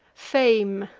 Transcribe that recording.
fame,